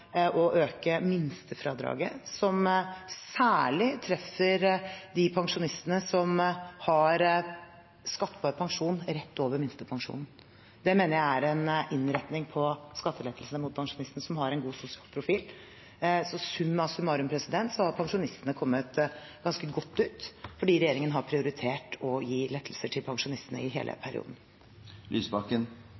å øke minstefradraget, som særlig treffer de pensjonistene som har skattbar pensjon rett over minstepensjonen. Det mener jeg er en innretning på skattelettelsene mot pensjonistene som har en god sosial profil. Så summa summarum har pensjonistene kommet ganske godt ut, fordi regjeringen har prioritert å gi lettelser til pensjonistene i hele